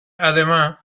además